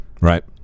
Right